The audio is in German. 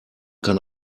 kann